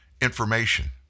information